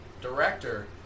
director